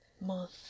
Month